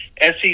SEC